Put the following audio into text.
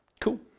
Cool